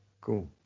cool